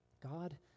God